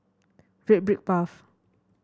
Red Brick Path